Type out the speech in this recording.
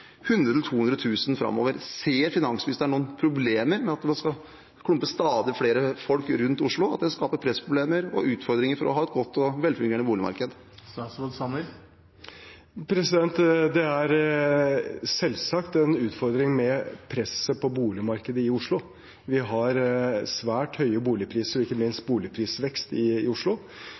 100 000 til 200 000 framover. Ser finansministeren noen problemer med at en skal klumpe stadig flere folk rundt Oslo, at det skaper pressproblemer og utfordringer for å ha et godt og velfungerende boligmarked? Det er selvsagt en utfordring med presset på boligmarkedet i Oslo. Vi har svært høye boligpriser og ikke minst boligprisvekst i Oslo,